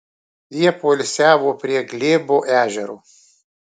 jie poilsiavo prie glėbo ežero